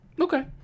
Okay